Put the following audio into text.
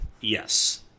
Yes